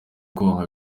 konka